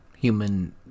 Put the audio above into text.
human